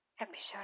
episode